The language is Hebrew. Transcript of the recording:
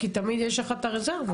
כי תמיד יש לך את הרזרבות.